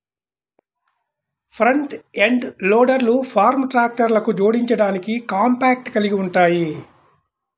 front end లోడర్లు farm ట్రాక్టర్లకు జోడించడానికి కాంపాక్ట్ కలిగి ఉంటాయి